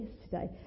yesterday